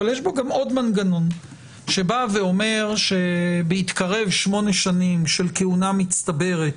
אבל יש בו גם עוד מנגנון שבא ואומר: בהתקרב שמונה שנים של כהונה מצטברת